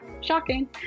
shocking